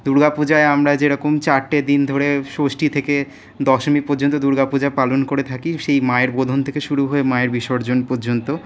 দুর্গাপূজায় আমরা যেরকম চারটে দিন ধরে ষষ্ঠী থেকে দশমী পর্যন্ত দুর্গাপূজা পালন করে থাকি সেই মায়ের বোধন থেকে শুরু হয়ে মায়ের বিসর্জন পর্যন্ত